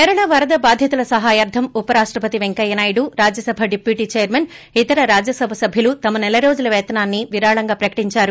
కేరళ వరద బాధితుల సహాయార్లం ఉప రాష్టపతి వెంకయ్యనాయుడు రాజ్యసభ డిప్యూటి చైర్మన్ హర్వవంశ్ ఇతర రాజ్యసభ స్థభ్యులు తమ నెలరోజుల వేతనాన్ని విరాళంగా ప్రకటించారు